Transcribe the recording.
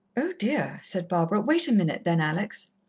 oh, dear, said barbara. wait a minute, then, alex.